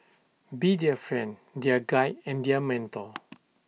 be their friend their guide and their mentor